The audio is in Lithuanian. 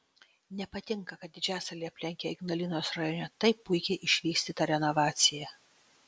nepatinka kad didžiasalį aplenkia ignalinos rajone taip puikiai išvystyta renovacija